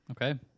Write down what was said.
okay